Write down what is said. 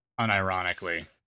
unironically